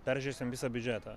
peržiūrėsim visą biudžetą